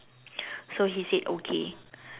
so he said okay